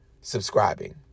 subscribing